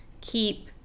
keep